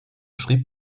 schrieb